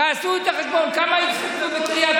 תעשו את החשבון כמה התחתנו בקריית